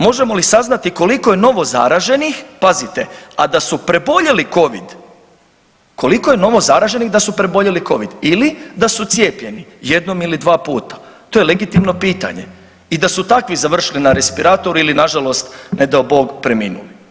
Možemo li saznati koliko je novozaraženih, pazite, a da su preboljeli covid, koliko je novozaraženih da su preboljeli covid ili da su cijepljeni jednom ili dva puta, to je legitimno pitanje i da su takvi završili na respiratoru ili nažalost ne dao Bog preminuo.